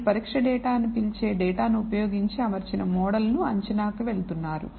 మీరు పరీక్ష డేటా అని పిలువబడే డేటాను ఉపయోగించి అమర్చిన మోడల్ను అంచనా వెళ్తున్నారు